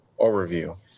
overview